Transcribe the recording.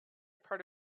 part